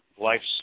Life's